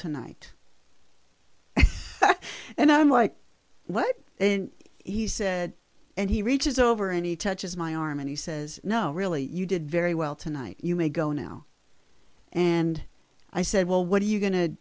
tonight and i'm like what he said and he reaches over any touches my arm and he says no really you did very well tonight you may go now and i said well what are you go